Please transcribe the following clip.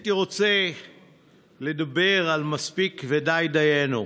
הייתי רוצה לדבר על מספיק ודי דיינו.